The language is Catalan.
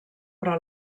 però